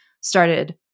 started